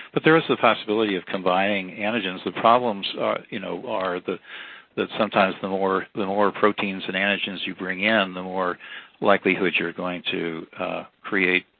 but there is a possibility of combining antigens. the problems are, you know, are that, sometimes, the more the more proteins and antigens you bring in the more likelihood you're going to create